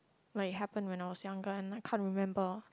like it happen when I was younger and I can't remember